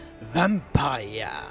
Vampire